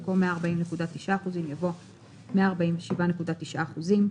במקום "140.9%" יבוא "147.9%".